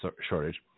shortage